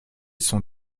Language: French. sont